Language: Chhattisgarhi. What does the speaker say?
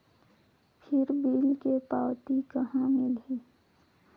फिर बिल के पावती कहा मिलही?